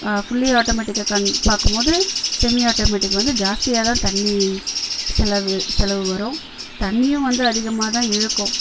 fully ஆட்டோமேட்டிக்காக கன் பார்க்கும் போது செமி ஆட்டோமேட்டிக் வந்து ஜாஸ்தியாகதான் தண்ணி செலவு செலவு வரும் தண்ணியும் வந்து அதிகமாகதான் இழுக்கும்